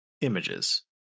images